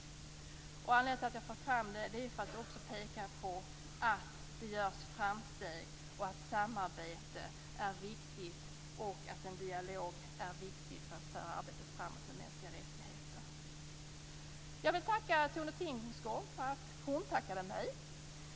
Anledningen till att jag för fram det är att jag också vill peka på att det görs framsteg, att samarbete är viktigt och att en dialog är viktig för att föra arbetet med mänskliga rättigheter framåt. Jag vill tacka Tone Tingsgård för att hon tackade mig.